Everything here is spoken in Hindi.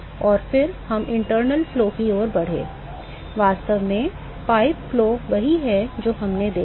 और फिर हम आंतरिक प्रवाह की ओर बढ़े वास्तव में पाइप प्रवाह वही है जो हमने देखा